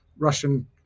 Russian